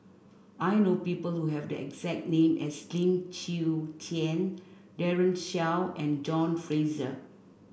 I know people who have the exact name as Lim Chwee Chian Daren Shiau and John Fraser